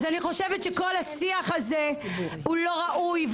אז אני חושבת שכל השיח הזה הוא לא ראוי,